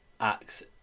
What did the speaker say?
acts